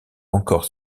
encore